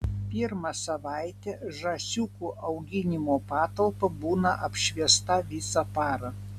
pirmą savaitę žąsiukų auginimo patalpa būna apšviesta visą parą